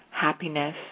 Happiness